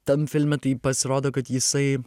tam filme tai pasirodo kad jisai